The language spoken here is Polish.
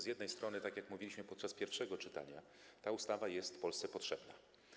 Z jednej strony, tak jak mówiliśmy podczas pierwszego czytania, ta ustawa jest Polsce potrzebna.